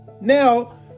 Now